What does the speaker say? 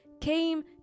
came